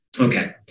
Okay